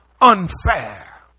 unfair